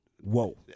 Whoa